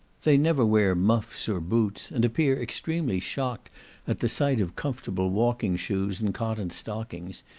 they never wear muffs or boots, and appear extremely shocked at the sight of comfortable walking shoes and cotton stockings,